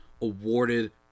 awarded